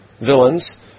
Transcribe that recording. villains